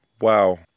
Wow